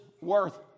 worth